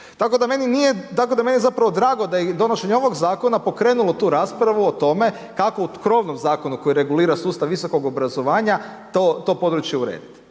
tako da je meni zapravo zdravo drago da je i donošenje ovog zakon pokrenulo tu raspravu o tome kako u krovnom zakonu koji regulira sustav visokog osiguranja to područje urediti.